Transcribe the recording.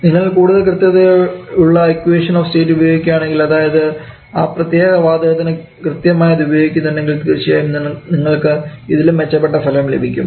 നിങ്ങൾ കൂടുതൽ കൃത്യതയുള്ള ഇക്വേഷൻ ഓഫ് സ്റ്റേറ്റ് ഉപയോഗിക്കുകയാണെങ്കിൽ അതായത് ആ പ്രത്യേക വാതകത്തിന് കൃത്യമായത് ഉപയോഗിക്കുന്നുണ്ടെങ്കിൽ തീർച്ചയായും നിങ്ങൾക്ക് ഇതിലും മെച്ചപ്പെട്ട ഫലം ലഭിക്കും